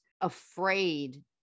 afraid